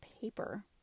paper